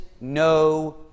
no